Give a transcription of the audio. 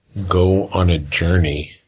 go on a journey,